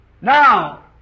Now